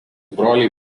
broliai